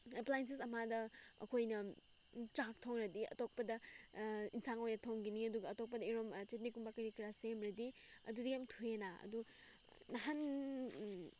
appliances ꯑꯃꯗ ꯑꯩꯈꯣꯏꯅ ꯆꯥꯛ ꯊꯣꯛꯂꯗꯤ ꯑꯇꯣꯞꯄꯗ ꯑꯦꯟꯁꯥꯡ ꯑꯣꯏꯅ ꯊꯣꯡꯒꯅꯤ ꯑꯗꯨꯒ ꯑꯇꯣꯞꯄꯅ ꯆꯠꯅꯤꯒꯨꯝꯕ ꯀꯔꯤ ꯀꯔꯥ ꯁꯦꯝꯂꯗꯤ ꯑꯗꯨꯗꯤ ꯌꯥꯝ ꯊꯨꯏꯌꯦꯅ ꯑꯗꯨ ꯅꯍꯥꯟ